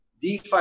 DeFi